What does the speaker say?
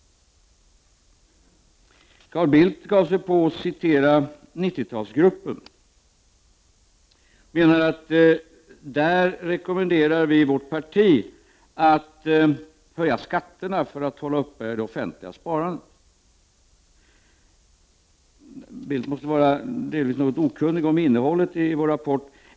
Carl Bildt citerade 90-talsgruppen och menade att vårt parti där rekommenderar skattehöjningar för att hålla det offentliga sparandet uppe. Bildt måste delvis vara något okunnig om innehållet i vår rapport.